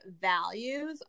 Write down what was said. values